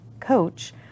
coach